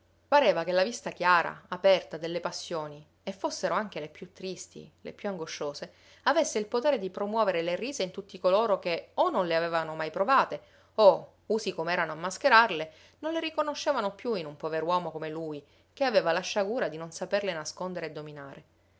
pareva che la vista chiara aperta delle passioni e fossero anche le più tristi le più angosciose avesse il potere di promuovere le risa in tutti coloro che o non le avevano mai provate o usi com'erano a mascherarle non le riconoscevano più in un pover'uomo come lui che aveva la sciagura di non saperle nascondere e dominare